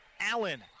Allen